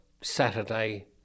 Saturday